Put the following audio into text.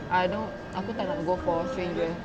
I don't aku tak nak go for single